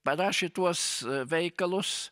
parašė tuos veikalus